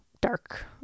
dark